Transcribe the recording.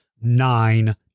nine